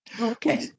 Okay